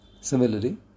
Similarly